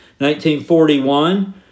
1941